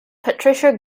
patricia